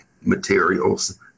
materials